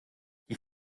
die